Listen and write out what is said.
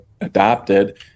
adopted